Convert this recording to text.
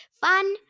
Fun